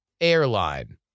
airline